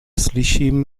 slyším